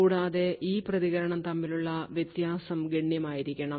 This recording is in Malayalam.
കൂടാതെ ഈ പ്രതികരണം തമ്മിലുള്ള വ്യത്യാസം ഗണ്യമായിരിക്കണം